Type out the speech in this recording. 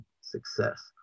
success